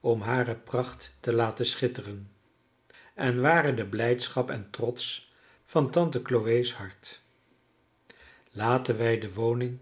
om hare pracht te laten schitteren en waren de blijdschap en trots van tante chloe's hart laten wij de woning